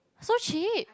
so cheap